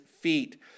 feet